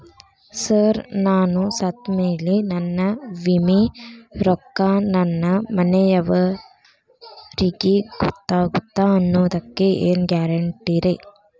Sir ನಾನು ಸತ್ತಮೇಲೆ ನನ್ನ ವಿಮೆ ರೊಕ್ಕಾ ನನ್ನ ಮನೆಯವರಿಗಿ ಹೋಗುತ್ತಾ ಅನ್ನೊದಕ್ಕೆ ಏನ್ ಗ್ಯಾರಂಟಿ ರೇ?